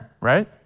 right